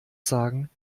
sagen